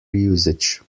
usage